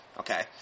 Okay